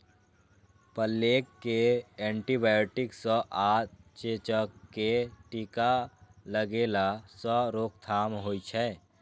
plague कें antibiotic सं आ चेचक कें टीका लगेला सं रोकथाम होइ छै